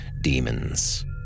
demons